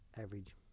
average